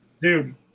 Dude